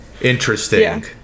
Interesting